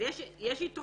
אז יש יתרונות